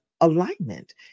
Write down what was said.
alignment